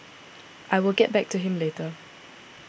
I will get back to him later